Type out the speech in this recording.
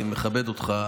אני מכבד אותך,